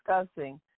discussing